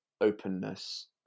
openness